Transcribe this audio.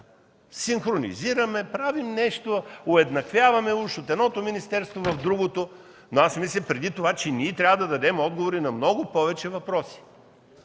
Синхронизираме, правим нещо, уеднаквяваме уж, от едното министерство в другото ... Мисля, че преди това трябва да дадем отговори на много повече въпроси.